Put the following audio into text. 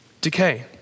Decay